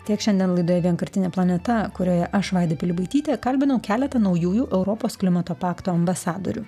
tiek šiandien laidoje vienkartinė planeta kurioje aš vaida pilibaitytė kalbinau keletą naujųjų europos klimato pakto ambasadorių